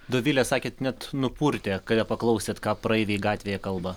dovilė sakėt net nupurtė kada paklausėt ką praeiviai gatvėje kalba